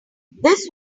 this